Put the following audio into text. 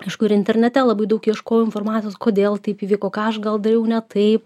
kažkur internete labai daug ieškojau informacijos kodėl taip įvyko ką aš gal dariau ne taip